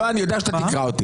אני יודע שאתה תקרא אותי.